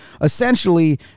essentially